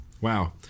wow